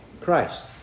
Christ